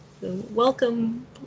welcome